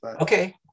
Okay